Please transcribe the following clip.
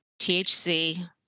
THC